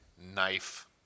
knife